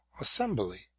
Assembly